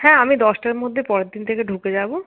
হ্যাঁ আমি দশটার মধ্যে পরের দিন থেকে ঢুকে যাব